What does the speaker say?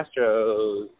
Astros